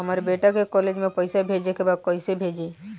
हमर बेटा के कॉलेज में पैसा भेजे के बा कइसे भेजी?